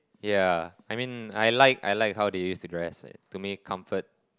ya I mean I like I like how they use to dress it to me comfort